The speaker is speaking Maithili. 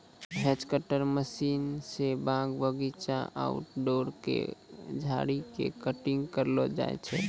हेज कटर मशीन स बाग बगीचा, आउटडोर के झाड़ी के कटिंग करलो जाय छै